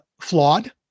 flawed